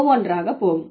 ஒவ்வொன்றாக போவோம்